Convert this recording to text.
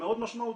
מאוד משמעותי.